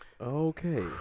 Okay